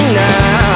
now